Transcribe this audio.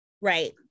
Right